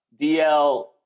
DL